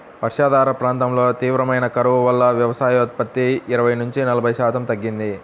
వర్షాధార ప్రాంతాల్లో తీవ్రమైన కరువు వల్ల వ్యవసాయోత్పత్తి ఇరవై నుంచి నలభై శాతం తగ్గింది